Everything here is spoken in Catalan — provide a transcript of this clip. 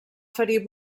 ferir